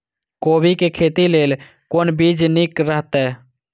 कोबी के खेती लेल कोन बीज निक रहैत?